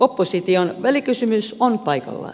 opposition välikysymys on paikallaan